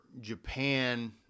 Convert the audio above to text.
Japan